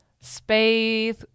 space